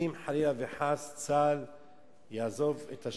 אם חלילה וחס צה"ל יעזוב את השטחים,